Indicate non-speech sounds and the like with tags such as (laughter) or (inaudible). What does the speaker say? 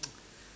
(noise)